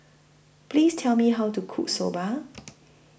Please Tell Me How to Cook Soba